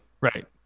right